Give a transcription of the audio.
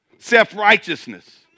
Self-righteousness